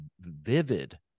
vivid